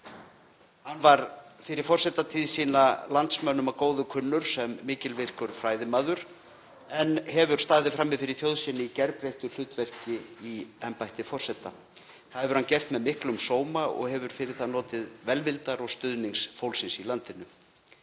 Hann var fyrir forsetatíð sína landsmönnum að góðu kunnur sem mikilvirkur fræðimaður en hefur staðið frammi fyrir þjóð sinni í gerbreyttu hlutverki í embætti forseta. Það hefur hann gert með miklum sóma og hefur fyrir það notið velvildar og stuðnings fólksins í landinu.